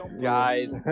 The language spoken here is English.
Guys